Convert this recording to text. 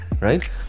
right